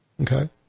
Okay